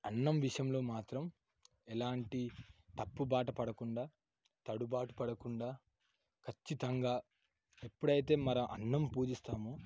అన్నం విషయంలో మాత్రం ఎలాంటి తప్పుబాటపడకుండా తడుబాటు పడకుండా కచ్చితంగా ఎప్పుడైతే మనం అన్నం పూజిస్తామో